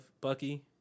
bucky